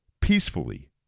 peacefully